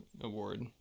award